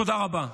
תודה רבה.